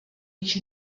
již